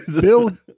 Bill